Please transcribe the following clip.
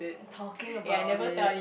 talking about it